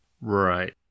Right